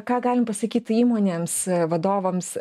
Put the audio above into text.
ką galim pasakyt įmonėms vadovams